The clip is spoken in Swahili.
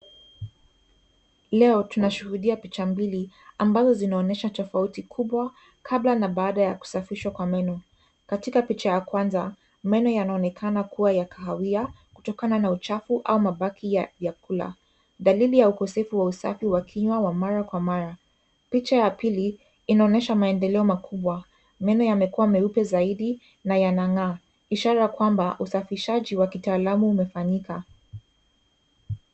Leo tunashuhudia picha mbili ambazo zinaonyesha tofauti kubwa kabla na baada ya kusafishwa kwa meno. Katika picha ya kwanza, meno yanaonekana kuwa ya kahawia kutokana na uchafu au mabaki ya vyakula, dalili ya ukosefu wa usafi wa kinywa wa mara kwa mara. Picha ya pili inaonyesha maendeleo makubwa, meno yamekuwa meupe zaidi na yanang'aa ishara ya kwamba usafisha wa kitaalamu imefanyika.